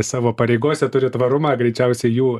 savo pareigose turi tvarumą greičiausiai jų